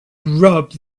rub